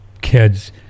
kids